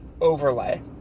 overlay